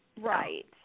Right